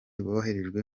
boroherejwe